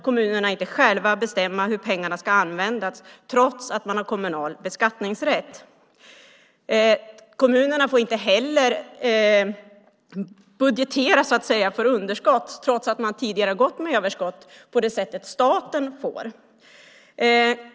Kommunerna får inte själva bestämma hur pengarna ska användas trots att man har kommunal beskattningsrätt. Kommunerna får inte budgetera för underskott, trots att man tidigare har gått med överskott, på samma sätt som staten får.